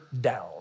down